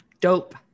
dope